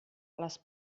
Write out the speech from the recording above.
les